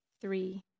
three